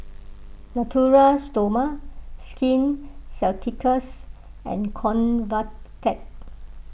Natura Stoma Skin Ceuticals and Convatec